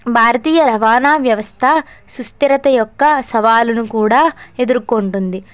భారతీయ రవాణా వ్యవస్థ సుస్థిరత యొక్క సవాలును కూడా ఎదుర్కొంటుంది